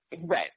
right